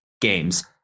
games